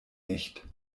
nicht